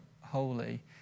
holy